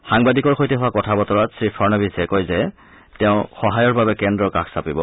সাংবাদিকৰ সৈতে হোৱা কথা বতৰাত শ্ৰীফাডনবীছে কয় যে তেওঁ সহায়ৰ বাবে কেন্দ্ৰৰ কাষ চাপিব